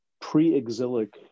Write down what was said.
pre-exilic